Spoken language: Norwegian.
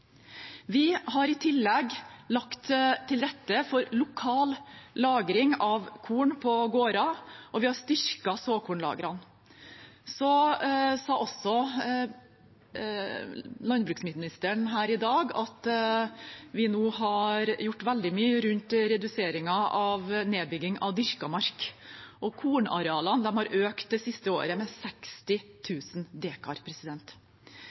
lokal lagring av korn på gårder, og vi har styrket såkornlagrene. Så sa også landbruksministeren her i dag at vi nå har gjort veldig mye rundt reduseringen av nedbygging av dyrka mark, og kornarealene har økt det siste året med 60